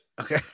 Okay